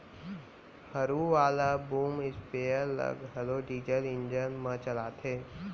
हरू वाला boom sprayer ल घलौ डीजल इंजन म चलाथें